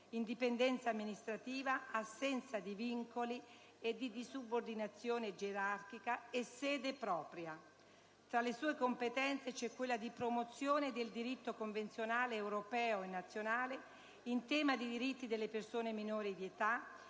indipendenza amministrativa, assenza di vincoli e di subordinazione gerarchica e sede propria. Tra le sue competenze, c'è quella di promozione del diritto convenzionale europeo e nazionale in tema di diritti delle persone minori di età,